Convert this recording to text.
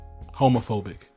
homophobic